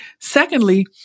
Secondly